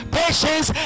patience